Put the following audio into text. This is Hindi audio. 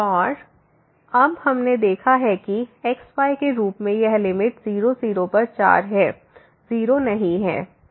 और अब हमने देखा है कि x y के रूप में यह लिमिट 00 पर 4 है 0 नहीं है